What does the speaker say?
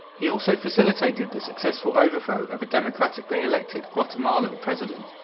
he also facilitated the successful overthrow of a democratically elected guatemalan president.